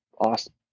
awesome